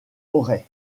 auray